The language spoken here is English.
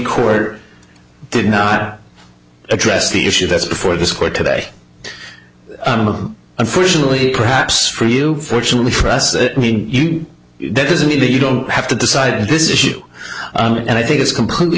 court did not address the issue that's before this court today unfortunately perhaps for you fortunately for us me that doesn't mean that you don't have to decide this issue and i think it's completely